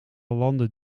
landen